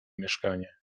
mieszkanie